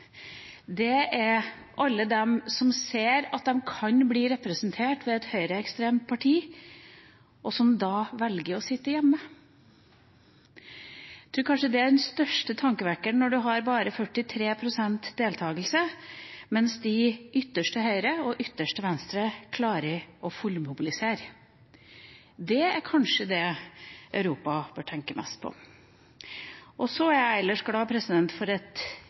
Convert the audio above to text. er alle de som ser at de kan bli representert ved et høyreekstremt parti, og som velger å sitte hjemme. Jeg tror kanskje det er den største tankevekkeren, at det er bare 43 pst. deltakelse, mens ytterste høyre og ytterste venstre klarer å mobilisere fullt ut. Det er kanskje det Europa bør tenke mest på. Ellers er jeg glad for at